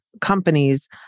companies